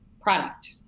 product